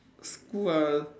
school ah